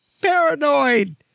paranoid